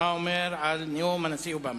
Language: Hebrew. מה הוא אומר על נאום הנשיא אובמה.